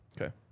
Okay